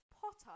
Potter